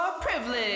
Privilege